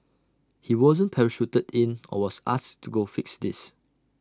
he wasn't parachuted in or was asked to go fix this